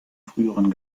früheren